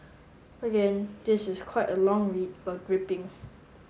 again this is quite a long read but gripping